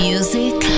Music